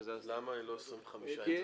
שזה --- למה לא 25 יום?